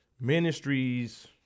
ministries